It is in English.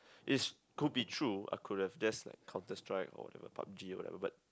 is could be true I could have just Counterstrike or whatever Pub-G or whatever but